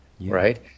right